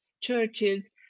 churches